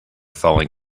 falling